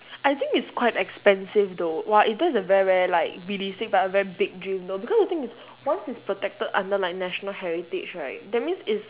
I think it's quite expensive though !wah! eh that's a very very like realistic but a very big dream though because the thing is once it's protected under like national heritage right that means it's